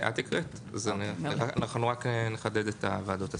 את הקראת, אנחנו רק נחדד את וועדות השרים.